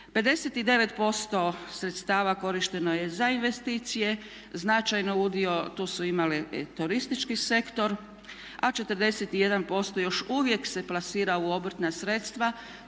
59% sredstava korišteno je za investicije, značajno udio tu su imali turistički sektor, a 41% još uvijek se plasira u obrtna sredstva.